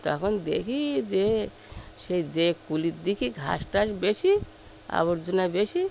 তখন দেখি যে সেই যে কূলের দিকে ঘাস টাস বেশি আবর্জনা বেশি